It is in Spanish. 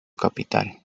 capital